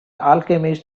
alchemist